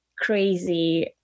crazy